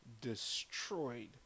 destroyed